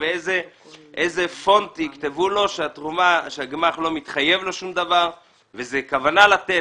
באיזה פונט יכתבו לו שהגמ"ח לא מתחייב לשום דבר וזו כוונה לתת,